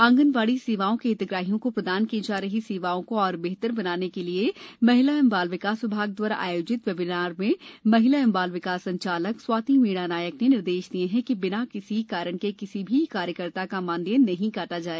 आंगनवाड़ी सेवाओं के हितग्राहियों को प्रदाय की जा रही सेवाओं को और बेहतर बनाने के लिए महिला एवं बाल विकास विभाग द्वारा आयोजित वेबीनार में महिला एवं बाल विकास संचालक स्वाति मीणा नायक ने निर्देश दिए कि बिना किसी कारण के किसी भी कार्यकर्ता का मानदेय नहीं काटा जाए